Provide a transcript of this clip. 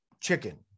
chicken